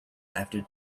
after